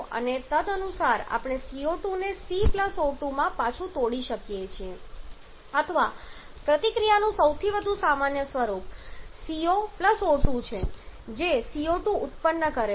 અને તદનુસાર આપણે CO2 ને C O2 માં પાછું તોડી શકીએ છીએ અથવા પ્રતિક્રિયાનું વધુ સામાન્ય સ્વરૂપ CO O2 છે જે CO2 ઉત્પન્ન કરે છે